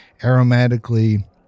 aromatically